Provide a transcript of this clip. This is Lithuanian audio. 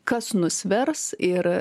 kas nusvers ir